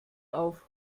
auf